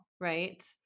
Right